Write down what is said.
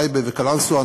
טייבה וקלנסואה,